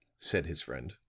said his friend.